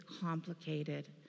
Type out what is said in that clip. complicated